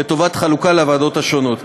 לטובת חלוקה לוועדות השונות.